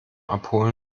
abholen